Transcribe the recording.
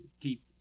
keep